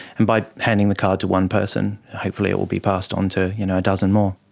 and by handing the card to one person, hopefully it will be passed on to you know a dozen more.